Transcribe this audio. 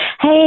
Hey